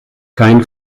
kein